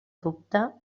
dubte